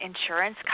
insurance